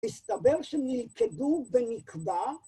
‫הסתבר שנלכדו בנקבה.